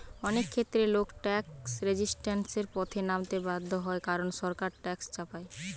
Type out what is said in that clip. অনেক ক্ষেত্রে লোক ট্যাক্স রেজিস্ট্যান্সের পথে নামতে বাধ্য হয় কারণ সরকার ট্যাক্স চাপায়